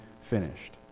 finished